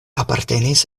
apartenis